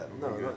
no